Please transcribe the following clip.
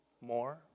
more